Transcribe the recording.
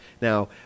Now